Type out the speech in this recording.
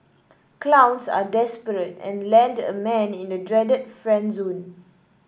clowns are desperate and land a man in the dreaded friend zone